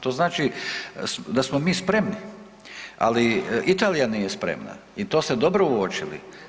To znači da smo mi spremni, ali Italija nije spremna i to ste dobro uočili.